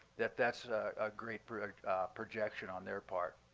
that that's a great projection on their part.